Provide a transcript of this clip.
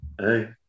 Hey